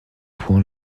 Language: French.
point